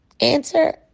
answer